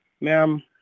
ma'am